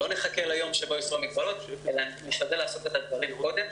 לא נחכה ליום שבו יוסרו המגבלות אלא נשתדל לעשות את הדברים קודם.